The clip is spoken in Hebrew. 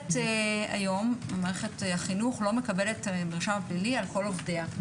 מערכת החינוך היום לא מקבל מרשם פלילי על כל עובדיה,